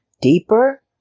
deeper